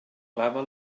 clava